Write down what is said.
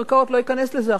אני לא אכנס לזה עכשיו.